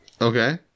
Okay